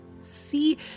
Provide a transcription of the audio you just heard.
see